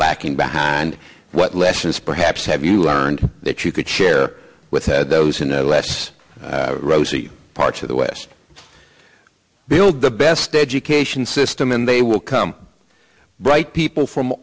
lacking behind what lessons perhaps have you learned that you could share with those in the less rosy parts of the west build the best education system and they will come bright people from